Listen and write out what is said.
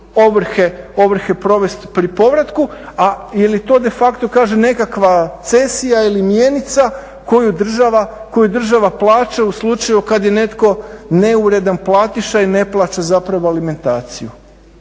ovrhe provest pri povratku ili to de facto kaže nekakva cesija ili mjenica koju država plaća u slučaju kad je netko neuredan platiša i ne plaća zapravo alimentaciju.